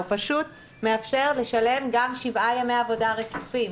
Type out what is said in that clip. הוא פשוט מאפשר לשלם גם שבעה ימי עבודה רצופים.